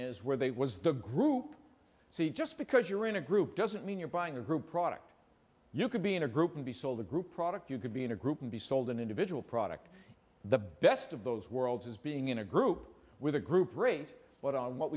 is where they was the group c just because you're in a group doesn't mean you're buying a group product you could be in a group and be sold a group product you could be in a group and be sold an individual product the best of those worlds as being in a group with a group rate what on what